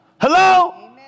Hello